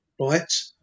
right